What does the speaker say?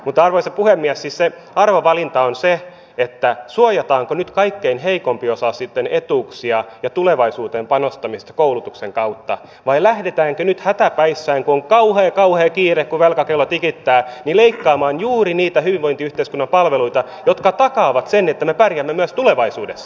mutta arvoisa puhemies siis se arvovalinta on se suojataanko nyt kaikkein heikko osaisimpien etuuksia ja tulevaisuuteen panostamista koulutuksen kautta vai lähdetäänkö nyt hätäpäissä kun on kauhea kauhea kiire kun velkakello tikittää leikkaamaan juuri niitä hyvinvointiyhteiskunnan palveluita jotka takaavat sen että me pärjäämme myös tulevaisuudessa